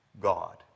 God